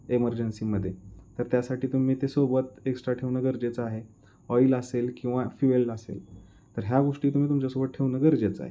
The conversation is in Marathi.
एमर्जन्सीमध्ये तर त्यासाठी तुम्ही ते सोबत एक्स्ट्रा ठेवणं गरजेचं आहे ऑईल असेल किंवा फ्युएल असेल तर ह्या गोष्टी तुम्ही तुमच्यासोबत ठेवणं गरजेचं आहे